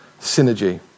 synergy